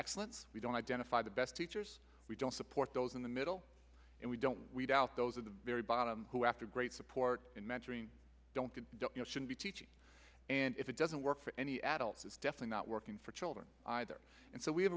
excellence we don't identify the best teachers we don't support those in the middle and we don't weed out those at the very bottom who after great support and mentoring don't get should be teaching and if it doesn't work for any adults is deafening not working for children either and so we have